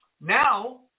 Now